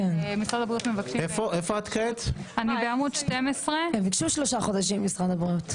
משרד הבריאות מבקשים --- הם ביקשו שלושה חודשים משרד הבריאות.